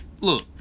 Look